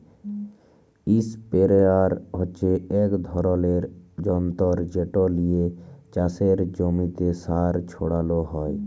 ইসপেরেয়ার হচ্যে এক ধরলের যন্তর যেট লিয়ে চাসের জমিতে সার ছড়ালো হয়